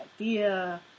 idea